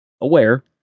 aware